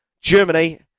Germany